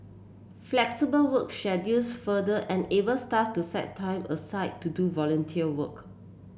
flexible work schedules further enable staff to set time aside to do volunteer work